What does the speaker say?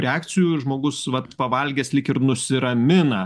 reakcijų žmogus vat pavalgęs lyg ir nusiramina